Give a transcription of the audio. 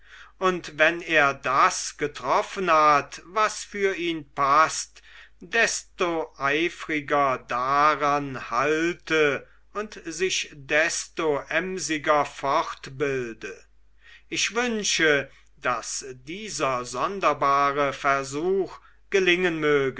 und wenn er das getroffen hat was für ihn paßt desto eifriger daran halte und sich desto emsiger fortbilde ich wünsche daß dieser sonderbare versuch gelingen möge